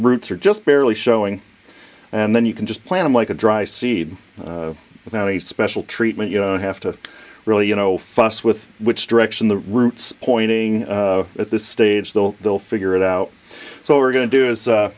roots are just barely showing and then you can just planted like a dry seed without any special treatment you know have to really you know fuss with which direction the roots pointing at this stage they'll they'll figure it out so we're going to do as